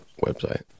website